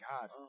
God